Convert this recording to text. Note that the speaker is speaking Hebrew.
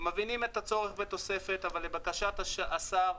מבינים את הצורך בתוספת אבל לבקשת השר,